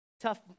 tough